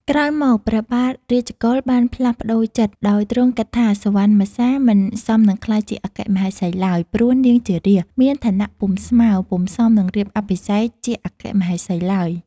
ក្រោយមក ព្រះបាទរាជកុល បានផ្លាស់ប្ដូរចិត្ត ដោយទ្រង់គិតថា នាងសុវណ្ណមសា មិនសមនឹងក្លាយជាអគ្គមហេសីឡើយ ព្រោះនាងជារាស្ត្រ មានឋានៈពុំស្មើ ពុំសមនឹងរៀបអភិសេកជាអគ្គមហេសីឡើយ។